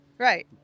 Right